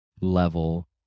level